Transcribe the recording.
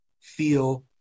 feel